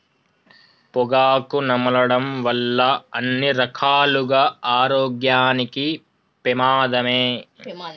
పొగాకు నమలడం వల్ల అన్ని రకాలుగా ఆరోగ్యానికి పెమాదమే